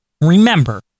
remember